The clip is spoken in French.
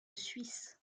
suisse